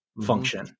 function